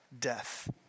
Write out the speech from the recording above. Death